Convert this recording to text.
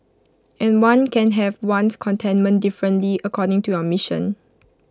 and one can have one's contentment differently according to your mission